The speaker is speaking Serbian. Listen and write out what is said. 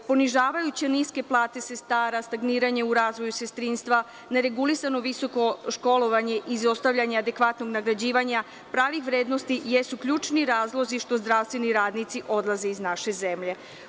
Ponižavajuće niske plate sestara, stagniranje u razvoju sestrinstva, neregulisano visoko školovanje, izostavljanje adekvatnog nagrađivanja, pravih vrednosti jesu ključni razlozi što zdravstveni radnici odlaze iz naše zemlje.